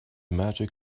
magic